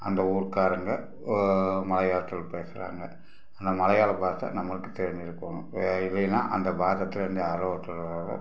அந்த ஊர்க்காரங்க மலையாளத்தில் பேசுறாங்க அந்த மலையாள பாஷை நம்மளுக்கு தெரிஞ்சியிருக்கணும் வேறு இல்லைன்னா அந்த பாஷை தெரிஞ்ச யாரோ ஒருத்தராவது